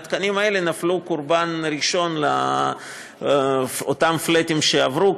והתקנים האלה נפלו קורבן ראשון לאותם "פלאטים" שעברו,